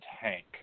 tank